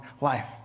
life